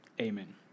amen